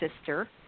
sister